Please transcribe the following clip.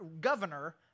governor